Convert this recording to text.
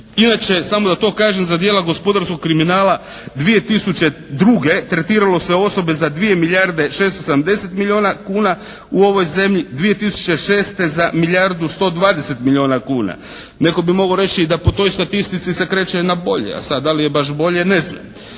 Inače, samo da to kažem za djela gospodarskog kriminala 2002. tretiralo se osobe za 2 milijarde 670 milijuna kuna u ovoj zemlji, 2006. za milijardu 120 milijuna kuna. Netko bi mogao reći da po toj statistici se kreće na bolje. A sad da li je baš bolje ne znam.